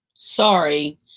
sorry